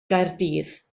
gaerdydd